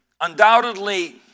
undoubtedly